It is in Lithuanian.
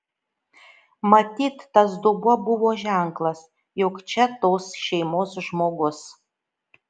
matyt tas dubuo buvo ženklas jog čia tos šeimos žmogus